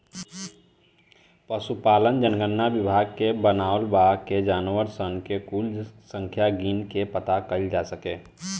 पसुपालन जनगणना विभाग के बनावल बा कि जानवर सन के कुल संख्या गिन के पाता कइल जा सके